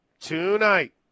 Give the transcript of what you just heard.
tonight